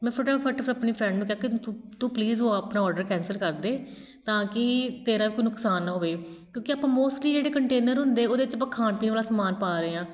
ਮੈਂ ਫਟਾਫਟ ਫਿਰ ਆਪਣੀ ਫਰੈਂਡ ਨੂੰ ਕਿਹਾ ਕਿ ਤੂੰ ਤੂੰ ਪਲੀਜ਼ ਉਹ ਆਪਣਾ ਔਡਰ ਕੈਂਸਲ ਕਰਦੇ ਤਾਂ ਕਿ ਤੇਰਾ ਕੋਈ ਨੁਕਸਾਨ ਨਾ ਹੋਵੇ ਕਿਉਂਕਿ ਆਪਾਂ ਮੋਸਟਲੀ ਜਿਹੜੇ ਕੰਟੇਨਰ ਹੁੰਦੇ ਉਹਦੇ 'ਚ ਆਪਾਂ ਖਾਣ ਪੀਣ ਵਾਲਾ ਸਮਾਨ ਪਾ ਰਹੇ ਹਾਂ